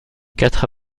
quatre